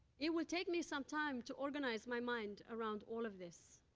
it will take me some time to organize my mind around all of this.